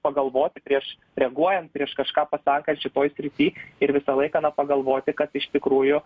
pagalvoti prieš reaguojant prieš kažką pasakant šitoj srity ir visą laiką na pagalvoti kad iš tikrųjų